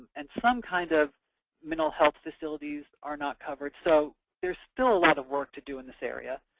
and some kind of mental health facilities are not covered. so, there's still a lot of work to do in this area.